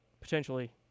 potentially